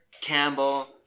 Campbell